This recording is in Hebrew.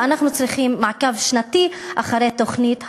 ואנחנו צריכים מעקב שנתי אחרי תוכנית העבודה.